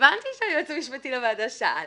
הבנתי שהיועץ המשפטי לוועדה שאל.